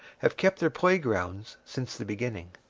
have kept their playgrounds since the beginning.